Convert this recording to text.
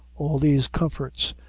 all these comforts,